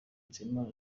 nizeyimana